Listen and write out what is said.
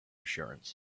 assurance